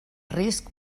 risc